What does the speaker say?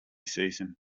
season